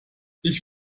ich